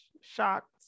Shocked